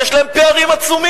כי יש להם פערים עצומים,